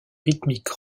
rythmique